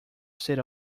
said